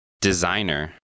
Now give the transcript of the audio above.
Designer